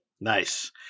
Nice